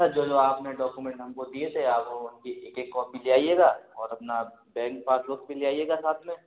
sir जो जो आपने डौकुमेंट हम को दिए थे आप वो उसकी एक एक कौपी ले आइएगा और अपना बैंक पासबूक भी ले आइएगा साथ में